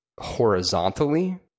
horizontally